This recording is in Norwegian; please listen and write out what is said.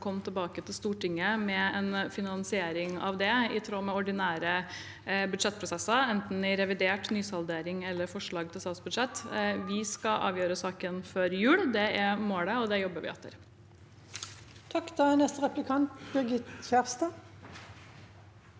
skal komme tilbake til Stortinget med en finansiering av det i tråd med ordinære budsjettprosesser, enten i revidert, nysaldering eller forslag til statsbudsjett. Vi skal avgjøre saken før jul. Det er målet, og det jobber vi etter. Birgit Oline Kjerstad